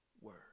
Word